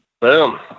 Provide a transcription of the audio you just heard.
boom